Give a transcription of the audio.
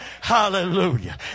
Hallelujah